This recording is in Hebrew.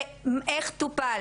ואיך טופל,